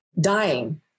dying